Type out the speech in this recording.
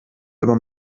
aber